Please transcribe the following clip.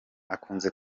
akunze